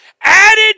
added